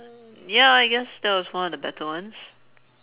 ya I guess that was one of the better ones